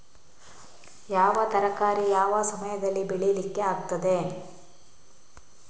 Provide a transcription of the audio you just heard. ಯಾವ ತರಕಾರಿ ಯಾವ ಸಮಯದಲ್ಲಿ ಬೆಳಿಲಿಕ್ಕೆ ಆಗ್ತದೆ?